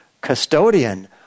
custodian